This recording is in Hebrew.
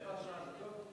רבע שעה זה טוב?